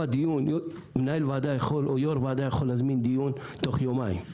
יו"ר ועדה יכול להזמין דיון תוך יומיים.